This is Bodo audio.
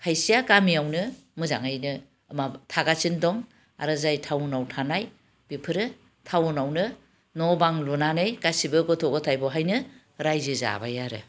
खायसेया गामियावनो मोजाङैनो माबा थागासिनो दं आरो जाय टाउनाव थानाय बेफोरो टाउनआवनो न' बां लुनानै गासैबो गथ' गथाय बेवहायनो रायजो जाबाय आरो